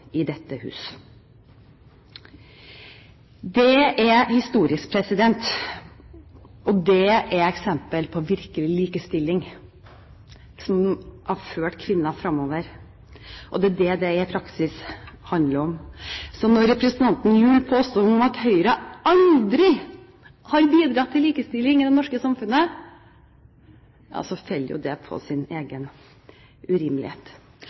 i dette hus. Det er historisk. Det er eksempler på virkelig likestilling, som har ført kvinnen fremover, og det er det det i praksis handler om. Så når representanten Gjul påstår at Høyre aldri har bidratt til likestilling i det norske samfunnet, faller det på sin egen urimelighet.